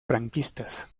franquistas